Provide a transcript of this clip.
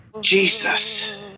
Jesus